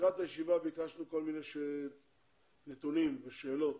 לקראת הישיבה ביקשנו נתונים ושאלות